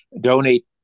donate